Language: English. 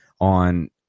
on